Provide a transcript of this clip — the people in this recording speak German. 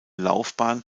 laufbahn